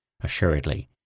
assuredly